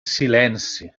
silenci